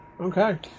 Okay